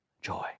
Joy